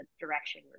direction